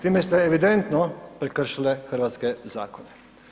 Time ste evidentno prekršili hrvatske zakone.